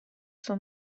suo